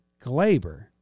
Glaber